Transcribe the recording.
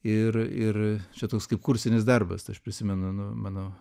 ir ir čia toks kaip kursinis darbas tai aš prisimenu nu mano